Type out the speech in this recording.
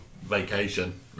vacation